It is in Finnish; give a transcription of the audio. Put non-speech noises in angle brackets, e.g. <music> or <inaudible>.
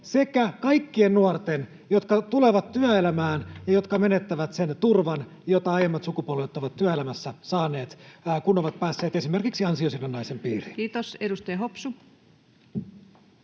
sekä kaikkien nuorten, jotka tulevat työelämään ja jotka menettävät sen turvan, jota aiemmat sukupolvet ovat työelämässä saaneet, <noise> kun ovat päässeet esimerkiksi ansiosidonnaisen piiriin. Kiitos. — Edustaja Hopsu.